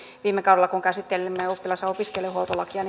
viime kaudella kun käsittelimme oppilas ja opiskelijahuoltolakia